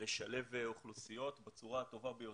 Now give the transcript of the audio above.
לשלב אוכלוסיות בצורה הטובה ביותר.